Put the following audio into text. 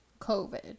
COVID